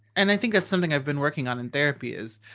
and i think that's something i've been working on in therapy is.